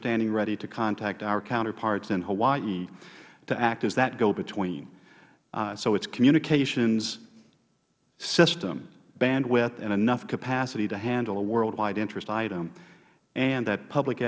standing ready to contact our counterparts in hawaii to act as that go between so it is communications system bandwidth and enough capacity to handle a worldwide interest item and that public